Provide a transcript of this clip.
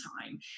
time